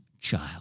child